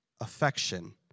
affection